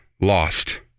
lost